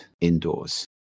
indoors